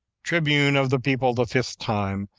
tribune of the people the fifth time,